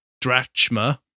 drachma